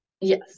Yes